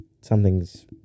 Something's